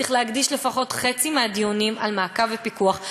צריך להקדיש לפחות חצי מהדיונים למעקב ופיקוח.